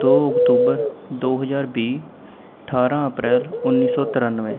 ਦੋ ਅਕਤੂਬਰ ਦੋ ਹਜ਼ਾਰ ਵੀਹ ਅਠਾਰ੍ਹਾਂ ਅਪ੍ਰੈਲ ਉੱਨੀ ਸੌ ਤਰਾਨਵੇਂ